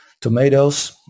tomatoes